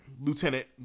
Lieutenant